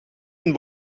een